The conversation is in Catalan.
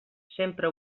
sempre